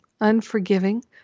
unforgiving